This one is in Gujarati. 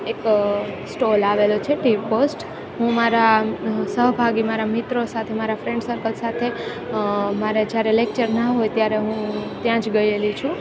એક સ્ટોલ આવેલો છે ટી પોસ્ટ હું મારા સહભાગી મારા મિત્રો સાથે મારા ફ્રેન્ડ સર્કલ સાથે મારે જ્યારે લેકચર ના હોય ત્યારે હું ત્યાં જ ગયેલી છું